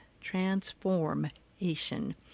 transformation